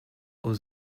aux